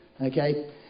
Okay